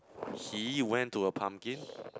he went to a pumpkin